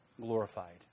glorified